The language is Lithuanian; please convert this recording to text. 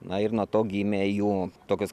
na ir nuo to gimė jų tokios